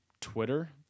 Twitter